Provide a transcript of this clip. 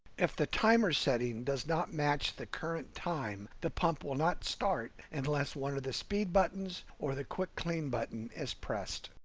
if the timer setting does not match the current time, the pump will not start unless one of the speed buttons or the quick clean button is pressed.